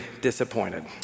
disappointed